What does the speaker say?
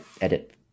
edit